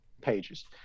pages